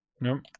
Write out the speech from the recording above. Nope